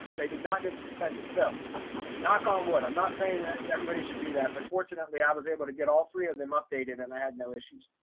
they did not get suspended. so knock on wood. i'm not saying everybody should do that. but fortunately i was able to get all three of them updated and i had no issues.